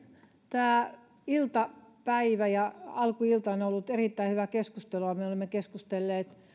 tämä iltapäivä ja alkuilta on ollut erittäin hyvää keskustelua me me olemme keskustelleet